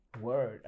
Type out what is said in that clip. Word